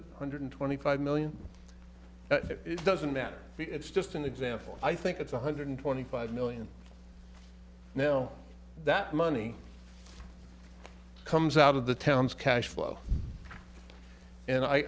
a hundred twenty five million it doesn't matter it's just an example i think it's one hundred twenty five million now that money comes out of the town's cash flow and